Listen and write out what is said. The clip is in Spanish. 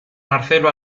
marcelo